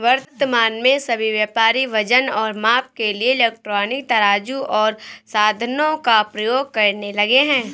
वर्तमान में सभी व्यापारी वजन और माप के लिए इलेक्ट्रॉनिक तराजू ओर साधनों का प्रयोग करने लगे हैं